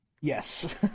Yes